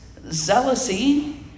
zealousy